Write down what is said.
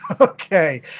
Okay